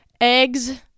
eggs